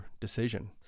decision